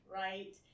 right